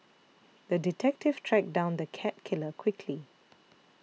the detective tracked down the cat killer quickly